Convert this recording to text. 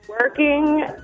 working